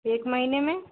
एक महीने में